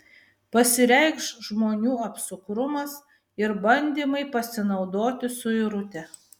pasireikš žmonių apsukrumas ir bandymai pasinaudoti suirute